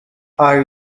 are